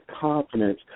confidence